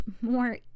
more